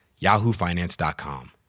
yahoofinance.com